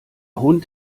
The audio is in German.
hund